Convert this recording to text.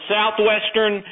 Southwestern